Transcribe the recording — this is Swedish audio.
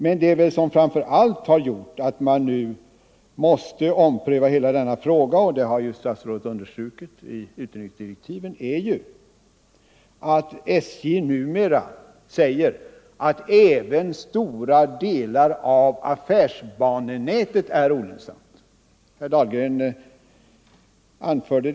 Men vad som framför allt gör att hela denna fråga måste omprövas är, som statsrådet har understrukit i utredningsdirektiven, att SJ numera säger att även stora delar av affärsbanenätet är olönsamma.